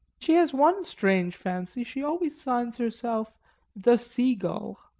she has one strange fancy she always signs herself the sea-gull.